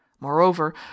moreover